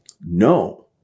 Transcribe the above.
no